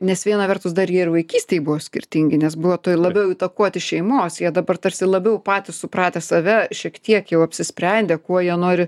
nes viena vertus dar jie ir vaikystėj buvo skirtingi nes buvo labiau įtakoti šeimos jie dabar tarsi labiau patys supratę save šiek tiek jau apsisprendę kuo jie nori